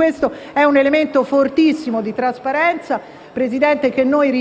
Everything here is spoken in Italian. Questo è un elemento fortissimo di trasparenza, che noi riteniamo,